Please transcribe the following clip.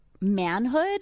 manhood